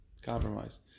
compromise